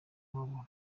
wabo